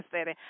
city